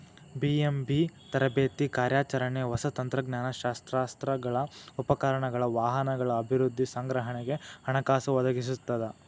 BMB ತರಬೇತಿ ಕಾರ್ಯಾಚರಣೆ ಹೊಸ ತಂತ್ರಜ್ಞಾನ ಶಸ್ತ್ರಾಸ್ತ್ರಗಳ ಉಪಕರಣಗಳ ವಾಹನಗಳ ಅಭಿವೃದ್ಧಿ ಸಂಗ್ರಹಣೆಗೆ ಹಣಕಾಸು ಒದಗಿಸ್ತದ